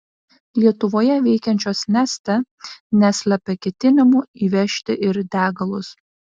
lietuvoje veikiančios neste neslepia ketinimų įvežti ir degalus